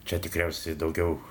čia tikriausiai daugiau